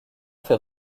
fait